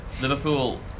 Liverpool